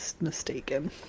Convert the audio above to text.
mistaken